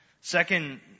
Second